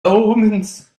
omens